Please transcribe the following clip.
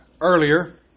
earlier